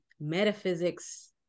metaphysics